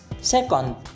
second